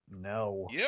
No